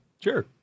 Sure